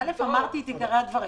אמרתי את עיקרי הדברים.